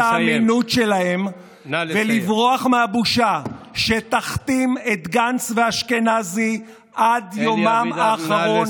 את האמינות שלהם ולברוח מהבושה שתכתים את גנץ ואשכנזי עד יומם האחרון,